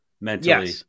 mentally